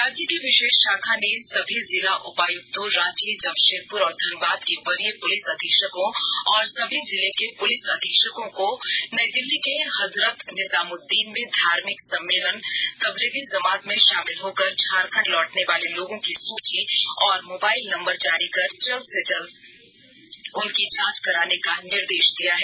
राज्य की विषेष षाखा ने सभी जिला उपायुक्तों रांची जमषेदपुर और धनबाद के वरीय पुलिस अधीक्षकों और सभी जिले के पुलिस अधीक्षकों को नई दिल्ली के हजरत निजामुदीन में धार्मिक सम्मेलन तब्लीगी ज़मात में षामिल होकर झारखण्ड लौटने वाले लोगों की सूची और मोबाईल नंबर जारी कर जल्द से जल्द उनकी जांच कराने का निर्देष दिया है